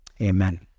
amen